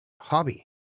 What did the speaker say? hobby